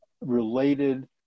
related